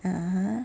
(uh huh)